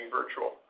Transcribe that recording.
virtual